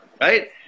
Right